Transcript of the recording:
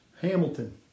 Hamilton